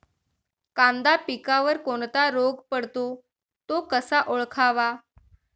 कांदा पिकावर कोणता रोग पडतो? तो कसा ओळखावा?